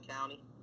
County